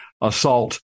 assault